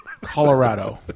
Colorado